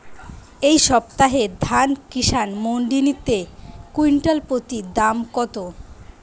এই সপ্তাহে ধান কিষান মন্ডিতে কুইন্টাল প্রতি দাম কত?